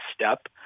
step